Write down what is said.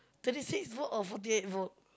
thirty six volt or fourty eight volt